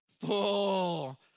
full